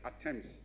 attempts